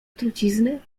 trucizny